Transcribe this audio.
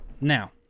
Now